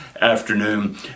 afternoon